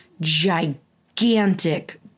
gigantic